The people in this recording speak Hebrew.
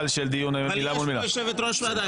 אבל יש פה יושבת ראש ועדה,